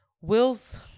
wills